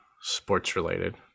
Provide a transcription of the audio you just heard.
sports-related